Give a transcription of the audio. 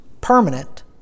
permanent